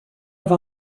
have